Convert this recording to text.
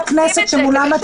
חברי הכנסת שאת יושבת מולם,